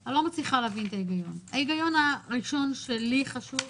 הם רוצים להעלות את המחירים של רואי החשבון כדי שהחברות ישלמו יותר.